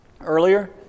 earlier